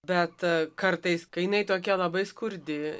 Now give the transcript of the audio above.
bet a kartais kai jinai tokia labai skurdi